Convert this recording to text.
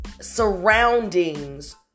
surroundings